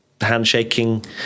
handshaking